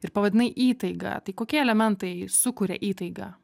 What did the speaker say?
ir pavadinai įtaiga tai kokie elementai sukuria įtaigą